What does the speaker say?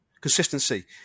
Consistency